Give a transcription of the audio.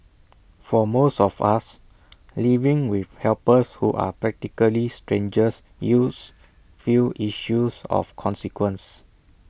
for most of us living with helpers who are practically strangers yields few issues of consequence